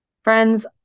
Friends